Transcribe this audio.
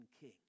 king